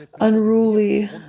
unruly